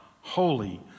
holy